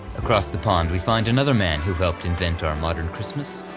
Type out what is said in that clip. across the pond we find another man who helped invent our modern christmas.